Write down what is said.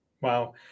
Wow